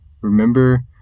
remember